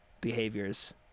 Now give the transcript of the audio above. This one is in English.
behaviors